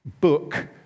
book